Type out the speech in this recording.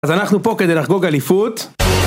אז אנחנו פה כדי לחגוג אליפות